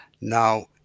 Now